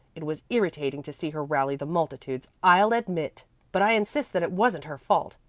it was irritating to see her rallying the multitudes, i'll admit but i insist that it wasn't her fault.